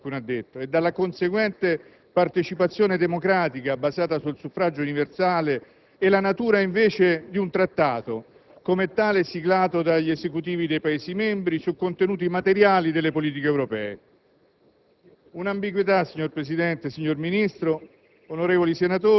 avrebbe dovuto muovere dal riconoscimento di una comunità di destino - come qualcuno ha detto - e dalla conseguente partecipazione democratica basata sul suffragio universale e la natura invece di un Trattato, come tale siglato dagli Esecutivi dei Paesi membri sui contenuti materiali delle politiche europee.